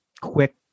quick